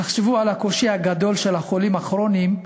תחשבו על הקושי הגדול של החולים הכרוניים,